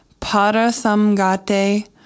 Parasamgate